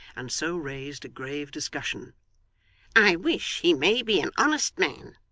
and so raised a grave discussion i wish he may be an honest man